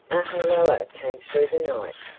a hulloa came through the night.